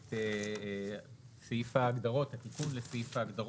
את סעיף ההגדרות, את התיקון לסעיף ההגדרות.